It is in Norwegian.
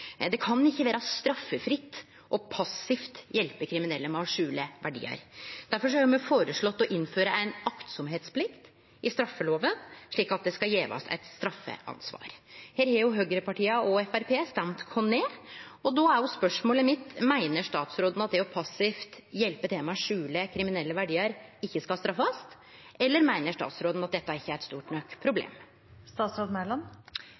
Det kan ikkje vere straffefritt å passivt hjelpe kriminelle med å skjule verdiar. Derfor har me føreslått å innføre ei plikt til å vere aktsam i straffeloven, slik at det skal gjevast eit straffeansvar. Her har jo høgrepartia og Framstegspartiet stemt oss ned. Då er spørsmålet mitt: Meiner statsråden at det å passivt hjelpe til med å skjule kriminelle verdiar ikkje skal straffast, eller meiner statsråden at dette ikkje er eit stort nok